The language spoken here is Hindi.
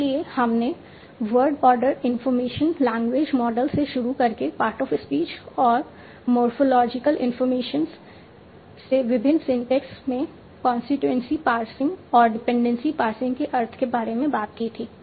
इसलिए हमने word order information language model से शुरू करके पार्ट ऑफ स्पीच और मोरफ़ोलॉजिकल इंफॉर्मेशन से विभिन्न सिंटैक्स में कांस्टीट्यूएंसी पार्सिंग और डिपेंडेंसी पार्सिंग के अर्थ के बारे में बात की थी